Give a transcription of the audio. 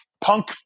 punk